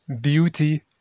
beauty